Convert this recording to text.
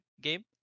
game